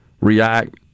react